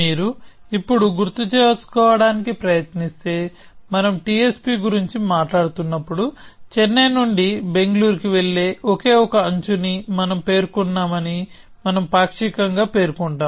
మీరు ఇప్పుడు గుర్తుచేసుకోవడానికి ప్రయత్నిస్తే మనం TSP గురించి మాట్లాడు తున్నప్పుడు చెన్నై నుండి బెంగళూరుకు వెళ్ళే ఒకే ఒక అంచును మనం పేర్కొన్నామని మనం పాక్షికంగా పేర్కొంటాం